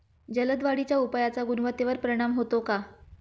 जलद वाढीच्या उपायाचा गुणवत्तेवर परिणाम होतो का?